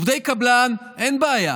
עובדי קבלן, אין בעיה,